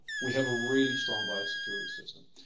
we have a really strong biosecurity system.